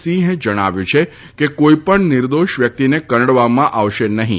સિંહે જણાવ્યું છે કે કોઇ પણ નિર્દોશ વ્યક્તિને કનડવામાં આવશે નહીં